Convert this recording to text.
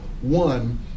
one